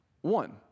one